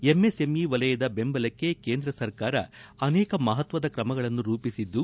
MSME ವಲಯದ ಬೆಂಬಲಕ್ಕೆ ಕೇಂದ್ರ ಸರ್ಕಾರ ಅನೇಕ ಮಹತ್ವದ ಕ್ರಮಗಳನ್ನು ರೂಪಿಸಿದ್ದು